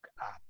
up